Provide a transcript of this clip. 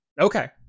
Okay